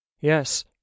yes